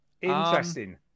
interesting